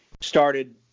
started